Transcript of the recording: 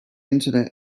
internet